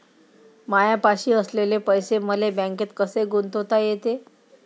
मायापाशी असलेले पैसे मले बँकेत कसे गुंतोता येते?